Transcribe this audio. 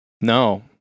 No